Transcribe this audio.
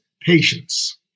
patience